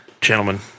gentlemen